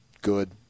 good